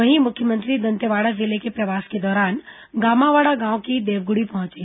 वहीं मुख्यमंत्री दंतेवाड़ा जिले के प्रवास के दौरान गामावाड़ा गांव की देवगुड़ी पहुंचे